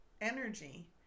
energy